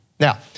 Now